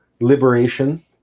liberation